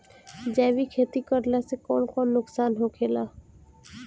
जैविक खेती करला से कौन कौन नुकसान होखेला?